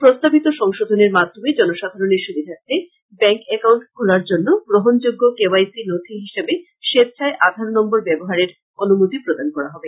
প্রস্তাবিত সংশোধনের মাধ্যমে জনসাধারণের সুবিধার্থে বেংক একাউন্ট খোলার জন্য গ্রহণযোগ্য কে ওয়াইসি নথি হিসেবে স্বেচ্ছায় আধার নম্বর ব্যবহারের অনুমতি প্রদান করা হবে